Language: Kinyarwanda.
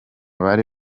bari